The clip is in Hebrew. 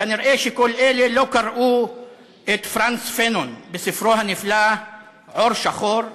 כנראה כל אלה לא קראו את פרנץ פנון בספרו הנפלא "עור שחור,